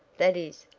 that is,